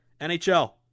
NHL